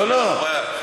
לא, לא.